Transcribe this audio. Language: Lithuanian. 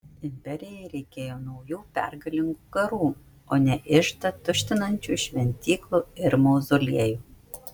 imperijai reikėjo naujų pergalingų karų o ne iždą tuštinančių šventyklų ir mauzoliejų